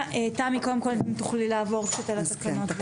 תמי קודם כל אם תוכלי לעבור קצת על התקנות.